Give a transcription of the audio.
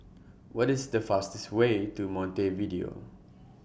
What IS The fastest The Way to Montevideo